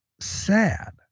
sad